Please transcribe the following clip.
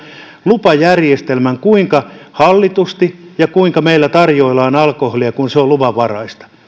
lupajärjestelmän sen kuinka hallitusti meillä tarjoillaan alkoholia kun se on luvanvaraista